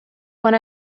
when